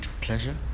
pleasure